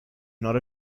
not